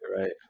right